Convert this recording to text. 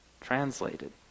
translated